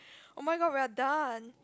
oh-my-god we are done